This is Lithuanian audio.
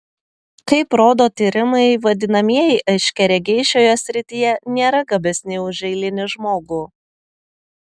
kaip rodo tyrimai vadinamieji aiškiaregiai šioje srityje nėra gabesni už eilinį žmogų